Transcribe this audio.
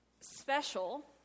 special